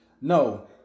No